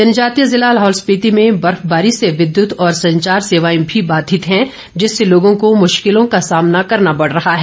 जनजातीय जिला लाहौल स्पिति में बर्फबारी से विद्युत और संचार सेवाएं भी बाधित हैं जिससे लोगों को मुश्किलों का सामना करना पड़ रहा है